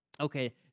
Okay